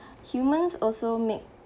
humans also make